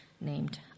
Named